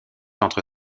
entre